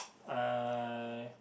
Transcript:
uh